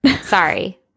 sorry